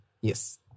yes